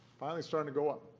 finally starting to go up.